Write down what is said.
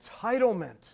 entitlement